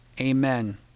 Amen